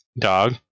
dog